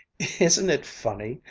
isn't it funny,